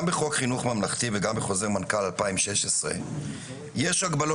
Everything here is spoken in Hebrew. גם בחוק חינוך ממלכתי וגם בחוזר מנכ"ל 2016 יש הגבלות.